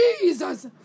Jesus